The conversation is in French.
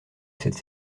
cette